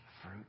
fruit